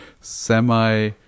semi-